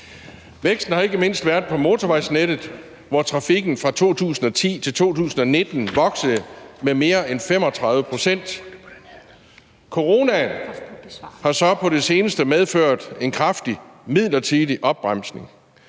Væksten har ikke mindst været på motorvejsnettet, hvor trafikken fra 2010 til 2019 voksede med mere end 35 pct. Coronaen har så på det seneste medført en kraftig midlertidig opbremsning,